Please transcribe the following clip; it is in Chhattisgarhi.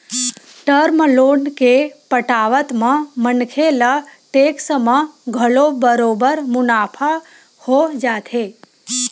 टर्म लोन के पटावत म मनखे ल टेक्स म घलो बरोबर मुनाफा हो जाथे